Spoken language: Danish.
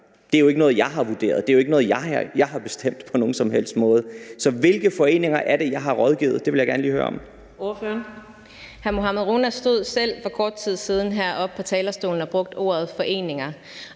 Det er jo ikke noget, jeg har vurderet, og det er ikke noget, jeg har bestemt på nogen som helst måde. Så hvilke foreninger er det, jeg har rådgivet? Det vil jeg gerne lige høre om. Kl. 15:24 Anden næstformand (Karina Adsbøl): Ordføreren.